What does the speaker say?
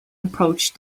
approach